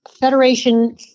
Federation